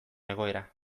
egoera